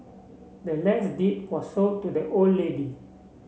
the land's deed was sold to the old lady